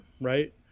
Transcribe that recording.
right